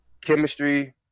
Chemistry